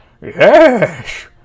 Yes